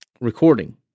recording